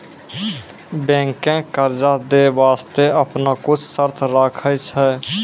बैंकें कर्जा दै बास्ते आपनो कुछ शर्त राखै छै